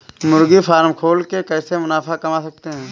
मुर्गी फार्म खोल के कैसे मुनाफा कमा सकते हैं?